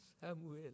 Samuel